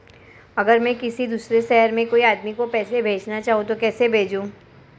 अगर मैं किसी दूसरे शहर में कोई आदमी को पैसे भेजना चाहूँ तो कैसे भेजूँ?